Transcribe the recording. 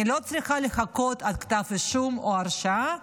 אני לא צריכה לחכות עד כתב אישום או עד הרשעה.